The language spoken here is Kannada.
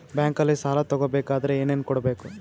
ಬ್ಯಾಂಕಲ್ಲಿ ಸಾಲ ತಗೋ ಬೇಕಾದರೆ ಏನೇನು ಕೊಡಬೇಕು?